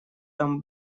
там